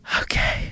okay